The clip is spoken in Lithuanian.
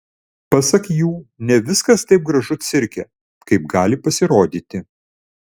pasak jų ne viskas taip gražu cirke kaip gali pasirodyti